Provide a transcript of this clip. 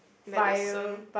medicine